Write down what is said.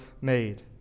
made